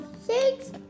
six